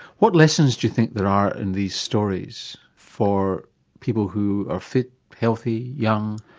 what lessons do you think there are in these stories for people who are fit, healthy, young?